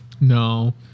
No